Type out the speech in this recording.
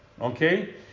Okay